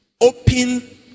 open